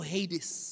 Hades